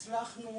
הצלחנו